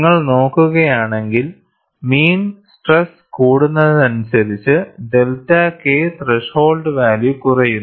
നിങ്ങൾ നോക്കുകയാണെങ്കിൽ mean stress കൂടുന്നതിനനുസരിച്ച് ഡെൽറ്റ K ത്രെഷോൾഡ് വാല്യൂ കുറയുന്നു